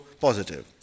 positive